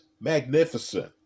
magnificent